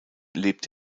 lebt